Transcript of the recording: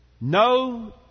No